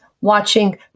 watching